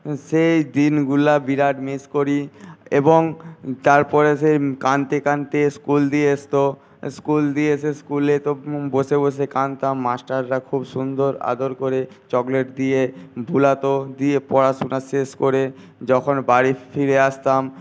সেই দিনগুলো বিরাট মিস করি এবং তারপরে সেই কাঁদতে কাঁদতে স্কুল দিয়ে আসতো স্কুল দিয়ে এসে স্কুলে তো বসে বসে কাঁদতাম মাস্টাররা খুব সুন্দর আদর করে চকলেট দিয়ে ভোলাত দিয়ে পড়াশুনা শেষ করে যখন বাড়ি ফিরে আসতাম